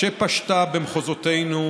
שפשתה במחוזותינו,